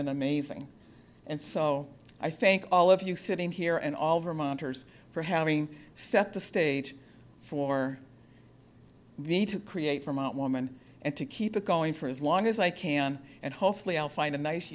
and amazing and so i think all of you sitting here and all vermonters for having set the stage for me to create from out woman and to keep it going for as long as i can and hopefully i'll find a nice